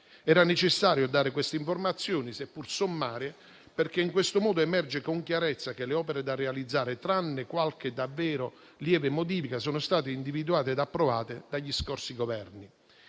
Era necessario dare queste informazioni, seppur sommarie, perché in questo modo emerge con chiarezza che le opere da realizzare, tranne qualche modifica davvero lieve, sono state individuate ed approvate dagli scorsi Governi.